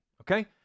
okay